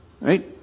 right